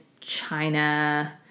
China